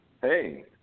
Hey